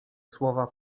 słowa